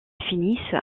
finissent